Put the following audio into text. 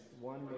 one